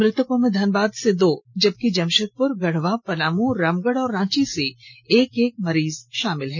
मृतकों में धनबाद से दो जबकि जमशेदपुर गढ़वा पलामू रामगढ़ और रांची से एक एक मरीज शामिल है